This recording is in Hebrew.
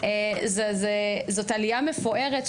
זוהי עלייה מפוארת,